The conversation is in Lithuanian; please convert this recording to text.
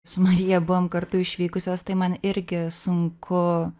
su marija buvom kartu išvykusios tai man irgi sunku